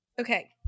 okay